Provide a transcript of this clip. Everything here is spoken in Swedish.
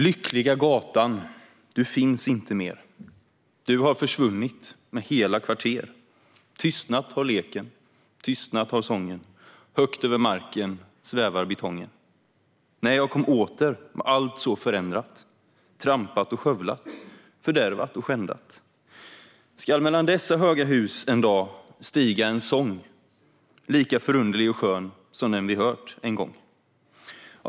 Lyckliga gatan, du finns inte mer. Du har försvunnit med hela kvarter. Tystnat har leken, tystnat har sången. Högt över marken svävar betongen. När jag kom åter var allt så förändrat, trampat och skövlat, fördärvat och skändat. Skall mellan dessa höga hus en dag stiga en sång. Lika förunderlig och skön som den vi hört en gång.